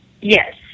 Yes